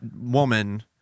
woman